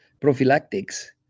prophylactics